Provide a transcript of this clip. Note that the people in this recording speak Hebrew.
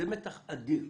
זה מתח אדיר.